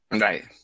Right